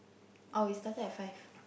oh we started at five